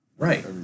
Right